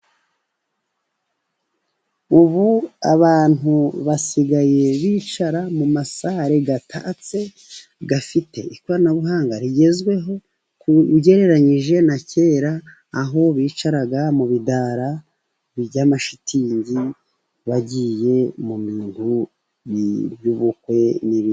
Ubu abantu basigaye bicara mu masare, atatse afite ikoranabuhanga rigezweho ugereranyije na kera, aho bicaraga mu bidara by'amashitingi bagiye mu mihango y'ubukwe n'ibindi.